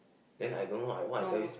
then I don't know what I tell you